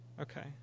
Okay